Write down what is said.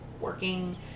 working